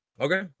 Okay